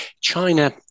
China